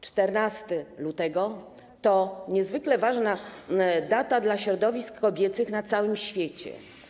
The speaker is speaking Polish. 14 lutego to niezwykle ważna data dla środowisk kobiecych na całym świecie.